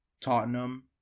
tottenham